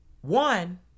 one